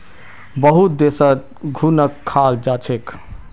बहुत देशत घुनक खाल जा छेक